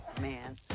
man